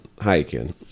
hiking